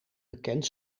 bekend